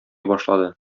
башлады